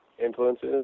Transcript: Influences